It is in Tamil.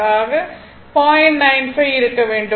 95 ஆக இருக்க வேண்டும்